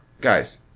Guys